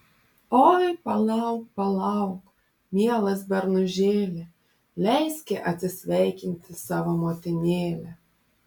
oi palauk palauk mielas bernužėli leiski atsisveikinti savo motinėlę